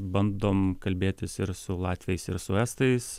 bandom kalbėtis ir su latviais ir su estais